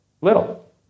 Little